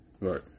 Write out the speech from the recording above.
Right